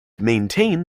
maintain